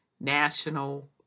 National